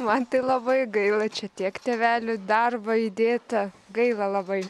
man tai labai gaila čia tiek tėvelių darbo įdėta gaila labai